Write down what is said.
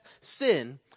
sin